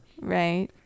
Right